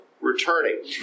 returning